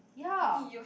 ya